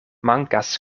mankas